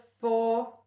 four